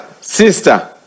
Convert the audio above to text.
sister